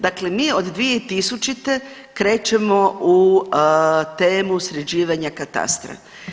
Dakle, mi od 2000. krećemo u temu sređivanja katastra.